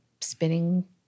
spinning